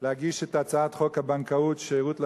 להגיש את הצעת חוק הבנקאות (שירות ללקוח)